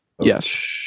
yes